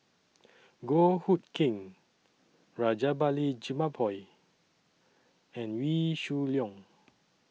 Goh Hood Keng Rajabali Jumabhoy and Wee Shoo Leong